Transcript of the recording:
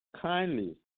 kindly